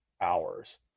hours